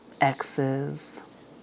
exes